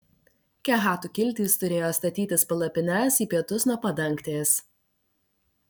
kehatų kiltys turėjo statytis palapines į pietus nuo padangtės